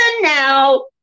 now